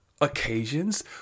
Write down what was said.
occasions